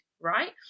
right